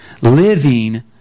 living